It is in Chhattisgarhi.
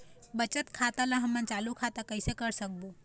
बचत खाता ला हमन चालू खाता कइसे कर सकबो?